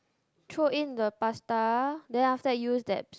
throw in the pasta then after that use that